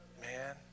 man